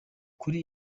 kuri